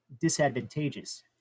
disadvantageous